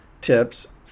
tips